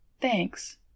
Thanks